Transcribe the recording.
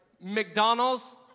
McDonald's